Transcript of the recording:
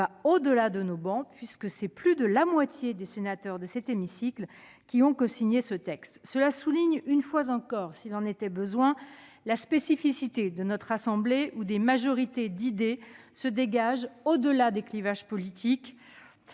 va au-delà de nos rangs, puisque c'est plus de la moitié des sénateurs qui l'a cosignée. Cela souligne une fois encore, s'il en était besoin, la spécificité de notre assemblée, où des majorités d'idées se dégagent par-delà les clivages politiques